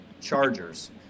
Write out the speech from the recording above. Chargers